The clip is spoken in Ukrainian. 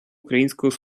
українського